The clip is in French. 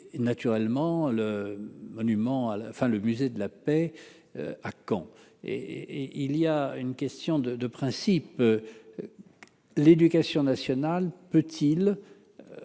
à la fin, le musée de la paix à Caen et et il y a une question de principe, l'éducation nationale peut-il